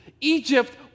Egypt